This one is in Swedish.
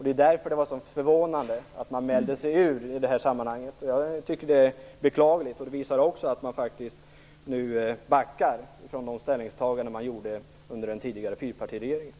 Det var därför det var så förvånande att Moderaterna mäler sig ur i detta sammanhang. Jag tycker att det är beklagligt. Det visar också att man faktiskt nu backar från de ställningstaganden man gjorde under den tidigare fyrpartiregeringen.